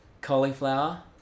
Cauliflower